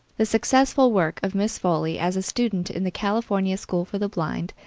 the successful work of miss foley as a student in the california school for the blind,